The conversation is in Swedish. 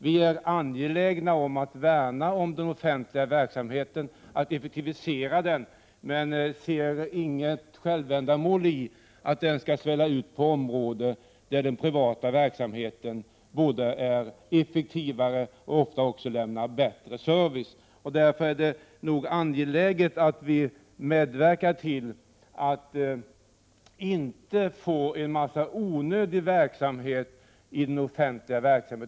Vi är angelägna att värna om den offentliga verksamheten och att effektivisera den. Vi ser emellertid inget självändamål i att den skall svälla ut på områden där den privata verksamheten är effektivare och ofta också lämnar bättre service. Det är därför angeläget att vi medverkar till att inte få in en massa onödig verksamhet i den offentliga verksamheten.